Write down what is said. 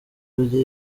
bye